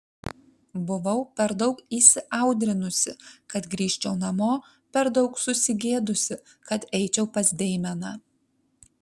buvau per daug įsiaudrinusi kad grįžčiau namo per daug susigėdusi kad eičiau pas deimeną